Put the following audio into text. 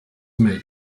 made